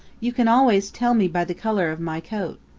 you can always tell me by the color of my coat.